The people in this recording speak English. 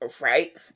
right